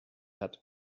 hat